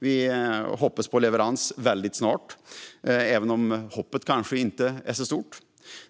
Vi hoppas på leverans snart, även om hoppet kanske inte är så stort.